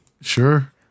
Sure